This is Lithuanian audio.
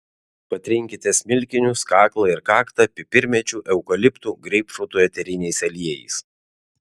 patrinkite smilkinius kaklą ir kaktą pipirmėčių eukaliptų greipfrutų eteriniais aliejais